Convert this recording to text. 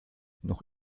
noch